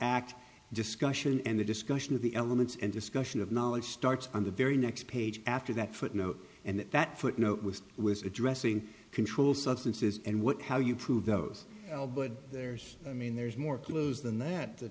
act discussion and the discussion of the elements and discussion of knowledge starts on the very next page after that footnote and that that footnote was was addressing controlled substances and what how you prove those but there's a mean there's more clothes than that the